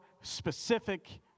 specific